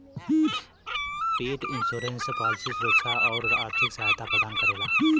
पेट insurance policy सुरक्षा आउर आर्थिक सहायता प्रदान करेला